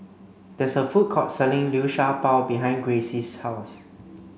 there is a food court selling Liu Sha Bao behind Gracie's house